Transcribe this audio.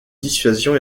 dissuasion